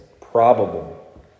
probable